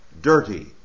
dirty